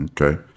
Okay